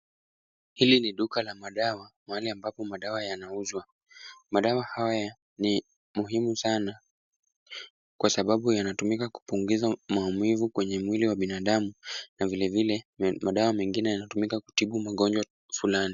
Hili ni duka la madawa, mahali ambapo madawa ayauzwa. Madawa haya ni muhimu sana kwa sababu yanatumika kupunguza maumivu kwenye mwili wa binadamu na vilevile, madawa mengine yanatumika kutibu magonjwa fulani.